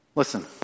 Listen